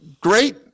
great